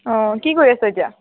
অ কি কৰি আছ' এতিয়া